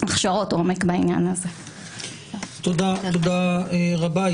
תודה רבה,